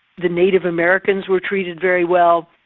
the native americans were treated very well,